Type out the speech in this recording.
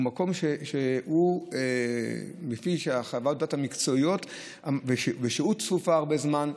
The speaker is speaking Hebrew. הוא מקום שלפי חוות הדעת המקצועיות זו שהות צפופה הרבה זמן,